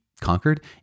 conquered